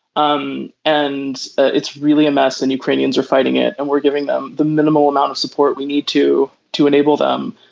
um and it's really a mess and ukrainians are fighting it and we're giving them the minimal amount of support we need to to enable them.